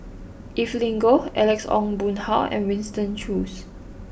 Evelyn Goh Alex Ong Boon Hau and Winston Choos